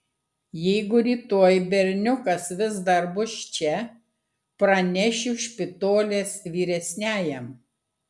jeigu rytoj berniukas vis dar bus čia pranešiu špitolės vyresniajam